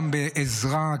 גם בעזרה,